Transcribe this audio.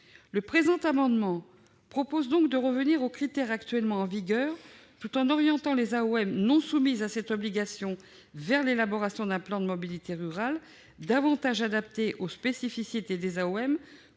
pertinente. L'amendement tend donc à revenir aux critères actuellement en vigueur, tout en orientant les AOM non soumises à cette obligation vers l'élaboration d'un plan de mobilité rurale, davantage adapté aux spécificités des AOM